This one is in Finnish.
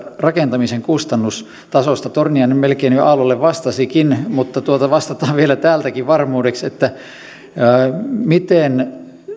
rakentamisen kustannustasosta torniainen melkein jo aallolle vastasikin mutta vastataan vielä täältäkin varmuudeksi miten